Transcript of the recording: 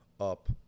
up